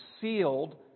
sealed